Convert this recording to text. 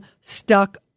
stuck